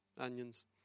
onions